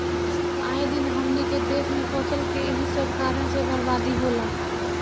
आए दिन हमनी के देस में फसल के एही सब कारण से बरबादी होला